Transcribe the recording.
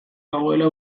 dagoela